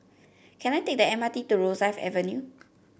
can I take the M R T to Rosyth Avenue